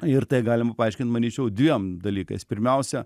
ir tai galim paaiškinti manyčiau dviem dalykais pirmiausia